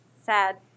Sad